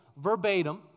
verbatim